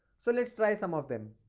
so let's try some of them.